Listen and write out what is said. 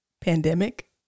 pandemic